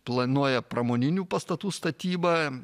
planuoja pramoninių pastatų statybą